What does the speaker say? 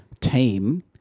team